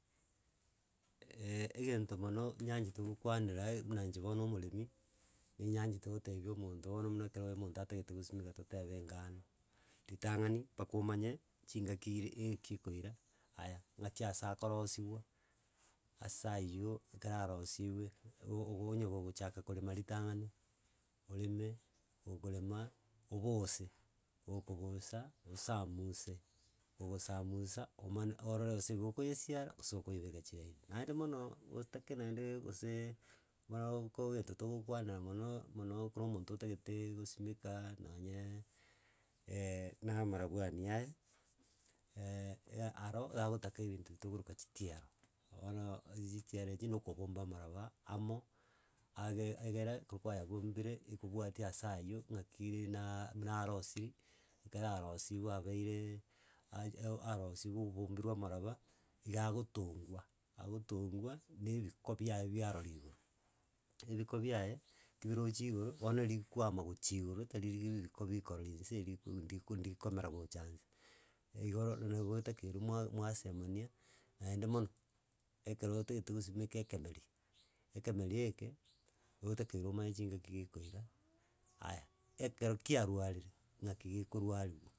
egento mono nyanchete gokwanerae, buna inche bono omoremi ninyanchete kotebia omonto bono muna kero omonto atagete gosimeka totebe engano, ritang'ani baka omonye ching'aki iri ikikoira aya, ng'aki asa akorosiwa ase aywo ekero arosiwe igogo onye gogochaka korema ritang'ani oreme, okorema oboose, bokobosa osamuse, ogosamusa omane orore gose gokoyesiara gose okoyebeka chiraini. Naende mono, gotake naendeee goseee, mara oko egento togokwanera mono, mono ekero omonto otagete gosimeka nonyeee na amarabwani aya eh aro iga gotaka ebinto tokoroka chitiaro bono chitiaro echi na okobomba amaroba amo, age egere kokoyabombire ekobwatia ase aywo ng'aki rinaaa buna arosiri, ekero arosiwe abeireee, ach- o arosiwa obombi rwa amaraba, iga agotongwa, agotongwa na ebiko biaye biaroriwa ebiko biaye kibirochi igoro bono rikwama gochi igoro tari riri riko rikobi kororoi nse eri eriku ndiku ndikomera gocha nse. Eh igoro nabo otakeire mwa mwasemania naende mono, ekero otagete gosimeka ekemeri, ekemeri eke otakeire omanye ching'aki gekoira aya, ekero kiarwarire ng'aki gekorwariwa.